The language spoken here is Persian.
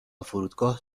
فرودگاه